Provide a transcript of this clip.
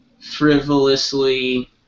frivolously